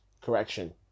Correction